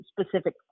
specific